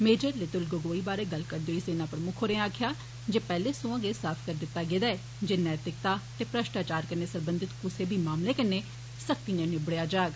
major Leetul Gogoi बारै गल्ल करदे सेना प्रमुक्ख होरें आक्खेआ जे पैहले सोयां गै साफ करी दिता गेदा ऐ जे नैतिक्ता ते भ्रष्टाचार कन्नै सरबन्धत कुसै बी मामले कन्नै सख्ती नै निबेडेआ जाग